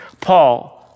Paul